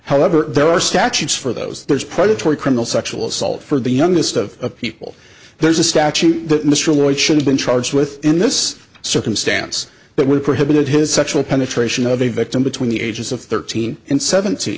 however there are statutes for those predatory criminal sexual assault for the youngest of people there's a statute that mr lloyd should have been charged with in this circumstance but were prohibited his sexual penetration of a victim between the ages of thirteen and seventeen